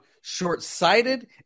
short-sighted